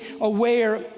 aware